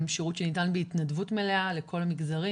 זה שירות שניתן בהתנדבות מלאה לכל המגזרים,